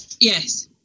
Yes